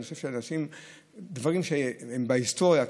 אני חושב שדברים שהם בהיסטוריה,